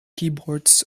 keyboards